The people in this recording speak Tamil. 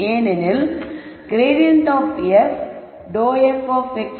ஏனெனில் grad f ∂f∂x1 ∂f∂x2